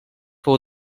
fou